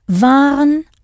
Waren